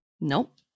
Nope